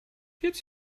jetzt